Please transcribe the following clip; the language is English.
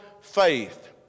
faith